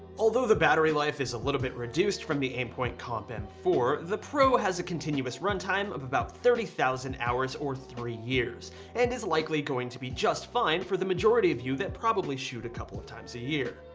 although the battery life is a little bit reduced from the aimpoint comp m four, the pro has a continuous runtime of about thirty thousand hours or three years and is likely going to be just fine for the majority of you that probably shoot a couple of times a year.